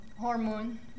hormone